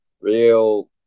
real